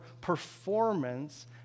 performance